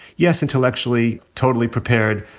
yes, intellectually, totally prepared.